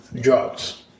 drugs